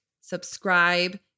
subscribe